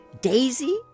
Daisy